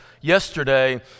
yesterday